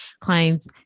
clients